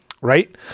right